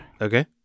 Okay